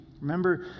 Remember